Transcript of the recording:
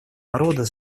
народа